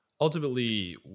Ultimately